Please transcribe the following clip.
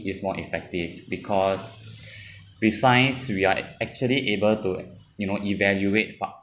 it's more effective because with science we are ac~ actually able to you know evaluate ba~